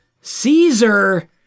Caesar